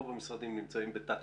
נמצאים בתת-ביצוע.